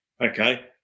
okay